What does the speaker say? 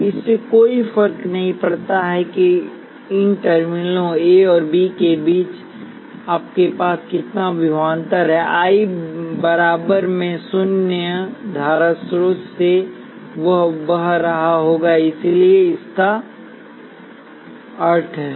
इससे कोई फर्क नहीं पड़ता कि इन टर्मिनलों ए और बी के बीच आपके पास कितना विभवांतर है I बराबर मैं शून्य धारा स्रोत से बह रहा होगा इसलिए इसका अर्थ है